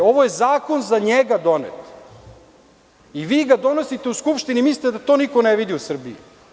Ovo je zakon za njega donet i vi ga donosite u Skupštini i mislite da to niko ne vidi u Srbiji.